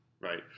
right